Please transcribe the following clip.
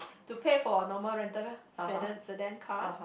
to pay for a normal rental Sedan Sedan car